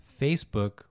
facebook